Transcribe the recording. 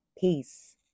Peace